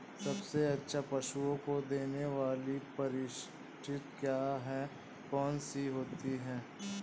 सबसे अच्छा पशुओं को देने वाली परिशिष्ट क्या है? कौन सी होती है?